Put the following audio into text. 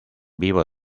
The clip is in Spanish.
vivo